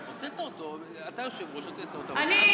אני,